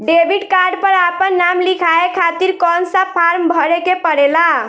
Debit card पर आपन नाम लिखाये खातिर कौन सा फारम भरे के पड़ेला?